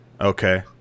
Okay